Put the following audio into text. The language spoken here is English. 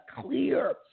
clear